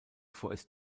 vorerst